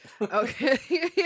Okay